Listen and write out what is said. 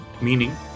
meaning